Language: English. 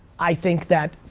i think that,